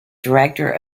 director